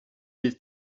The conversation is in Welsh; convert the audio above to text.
bydd